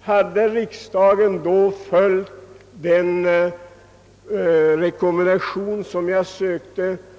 Hade riksdagen då följt den rekommendation som jag sökte vinna